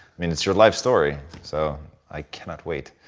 i mean it's your life story, so i cannot wait.